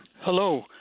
Hello